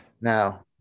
Now